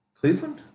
Cleveland